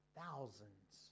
thousands